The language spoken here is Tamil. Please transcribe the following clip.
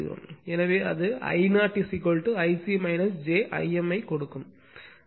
எனவே அது I0 Ic j Imஐக் கொடுக்கும்